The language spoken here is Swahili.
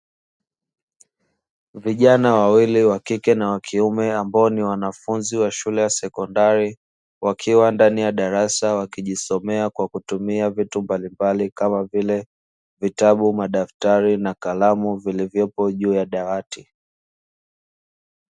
Vijana wawili wa kike na wa kiume, ambao ni wanafunzi wa shule ya sekondari, wakiwa ndani ya darasa wakijisomea kwa kutumia vitu mbalimbali kama vile: vitabu, madaftari na kalamu vilivyopo juu ya dawati.